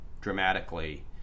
dramatically